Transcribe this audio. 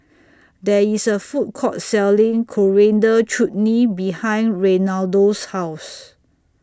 There IS A Food Court Selling Coriander Chutney behind Reinaldo's House